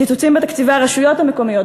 קיצוצים בתקציבי הרשויות המקומיות,